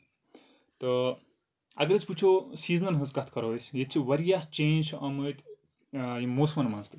تہٕ اَگر أسۍ وٕچھو سیٖزنن ہٕنٛز کَتھ کَرو أسۍ ییٚتہِ چھِ واریاہ چینٛج چھِ آمٕتۍ یہِ موسمَن منٛز تہِ